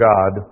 God